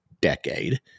decade